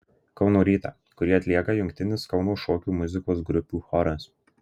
kauno rytą kurį atlieka jungtinis kauno šokių muzikos grupių choras